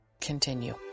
Continue